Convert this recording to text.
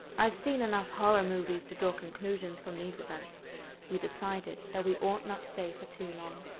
i've seen enough horror movies to draw conclusions from these events we decided that we ought not stay for too long.